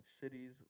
cities